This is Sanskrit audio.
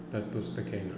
तत् पुस्तकेन